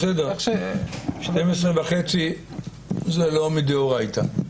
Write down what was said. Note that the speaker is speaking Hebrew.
בסדר, 12.30 זה לא מדאורייתא.